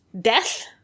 death